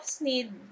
need